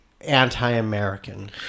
anti-American